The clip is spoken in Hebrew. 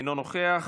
אינו נוכח,